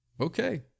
Okay